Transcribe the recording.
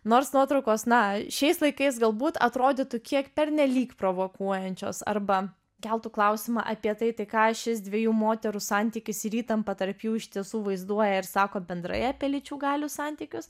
nors nuotraukos na šiais laikais galbūt atrodytų kiek pernelyg provokuojančios arba keltų klausimą apie tai tai ką šis dviejų moterų santykis ir įtampa tarp jų iš tiesų vaizduoja ir sako bendrai apie lyčių galių santykius